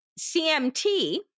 CMT